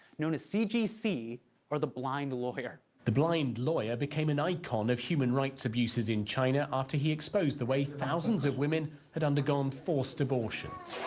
known as cgc or the blind lawyer. the blind lawyer became an icon of human rights abuses in china after he exposed the way thousands of women had undergone forced abortions.